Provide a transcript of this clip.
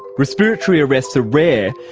respiratory arrests are rare.